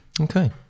Okay